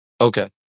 Okay